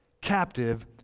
captive